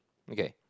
okay